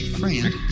friend